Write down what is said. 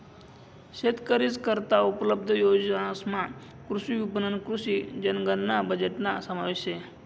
शेतकरीस करता उपलब्ध योजनासमा कृषी विपणन, कृषी जनगणना बजेटना समावेश शे